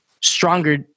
stronger